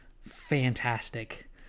fantastic